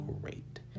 great